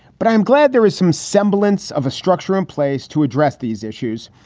but i'm glad there is some semblance of a structure in place to address these issues.